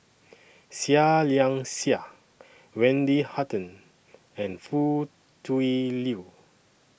Seah Liang Seah Wendy Hutton and Foo Tui Liew